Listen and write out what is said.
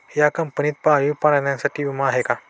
या कंपनीत पाळीव प्राण्यांसाठी विमा आहे का?